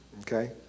Okay